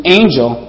angel